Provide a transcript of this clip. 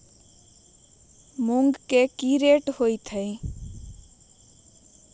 मूंग के कौची रेट होते हई?